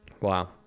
Wow